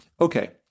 okay